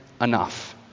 enough